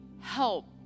help